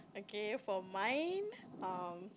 okay for mine um